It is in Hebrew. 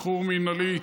(שחרור מינהלי),